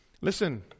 Listen